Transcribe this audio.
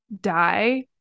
die